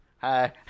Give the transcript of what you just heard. Hi